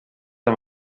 amb